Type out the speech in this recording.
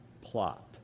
plot